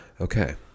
okay